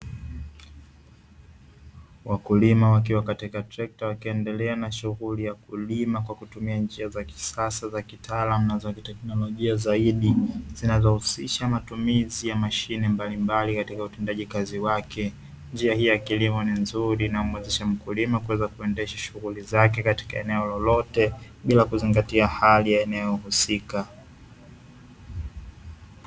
Wakulima wakiwa katika trekta wakiendelea na shughuli ya kulima kwa kutumia njia za kisasa za kitaalamu za teknolojia zaidi, zinazohusisha matumizi ya mashine mbalimbali katika utendaji kazi wake, njia hii ya kilimo ni nzuri na kuweza kuendesha shughuli zake katika eneo lolote bila kuzingatia hali yenyewe husika.